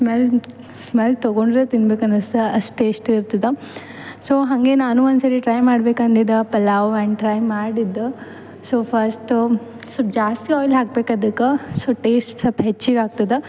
smell smell ತಗೊಂಡರೆ ತಿನ್ಬೆಕು ಅನಿಸ್ತದ ಅಷ್ಟು ಟೇಸ್ಟ್ ಇರ್ತದೆ ಸೊ ಹಂಗೆ ನಾನು ಒಂದು ಸರಿ ಟ್ರೈ ಮಾಡ್ಬೇಕು ಅಂದಿದ್ದ ಪಲಾವ್ ಆ್ಯಂಡ್ ಟ್ರೈ ಮಾಡಿದ್ದೆ ಸೊ ಫಸ್ಟ ಸೊ ಜಾಸ್ತಿ ಆಯಿಲ್ ಹಾಕ್ಬೇಕು ಅದಕ್ಕೆ ಸೊ ಟೇಸ್ಟ್ ಸ್ವಲ್ಪ್ ಹೆಚ್ಚಿಗೆ ಆಗ್ತದೆ